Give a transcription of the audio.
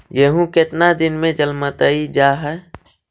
गेहूं केतना दिन में जलमतइ जा है?